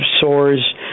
sores